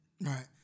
right